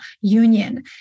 union